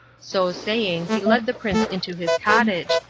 so saying he led the prince into his cottage,